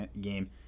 game